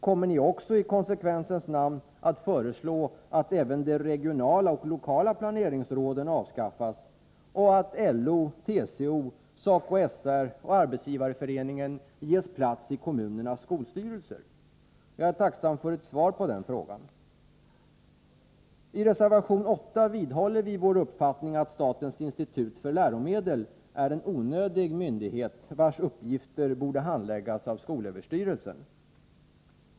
Kommer ni också i konsekvensens namn att föreslå att även de regionala och lokala planeringsråden avskaffas och att LO, TCO, SACO/SR och Arbetsgivareföreningen ges plats i kommunernas skolstyrelser? Jag är tacksam för ett svar på mina frågor. I reservation 8 vidhåller vi vår uppfattning att statens institut för läromedelsinformation är en onödig myndighet, vars uppgifter borde handläggas av skolöverstyrelsen.